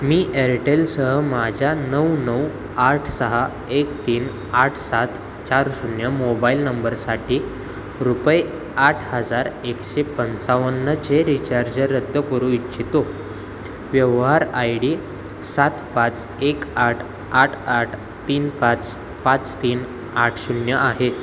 मी एअरटेलसह माझ्या नऊ नऊ आठ सहा एक तीन आठ सात चार शून्य मोबाईल नंबरसाठी रुपये आठ हजार एकशे पंचावन्नचे रीचार्ज रद्द करू इच्छितो व्यवहार आय डी सात पाच एक आठ आठ आठ तीन पाच पाच तीन आठ शून्य आहे